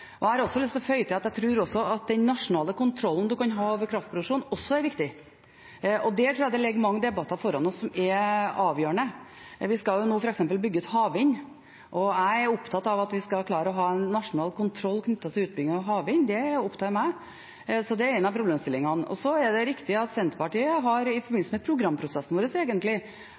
Jeg har også lyst til å føye til at jeg tror at den nasjonale kontrollen man kan ha over kraftproduksjon, også er viktig. Der tror jeg det ligger mange avgjørende debatter foran oss. Vi skal nå f.eks. bygge ut havvind. Jeg er opptatt av at vi skal klare å ha en nasjonal kontroll knyttet til utbygging av havvind, det opptar meg. Så det er en av problemstillingene. Så er det riktig at Senterpartiet – i forbindelse med programprosessen vår